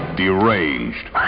deranged